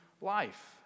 life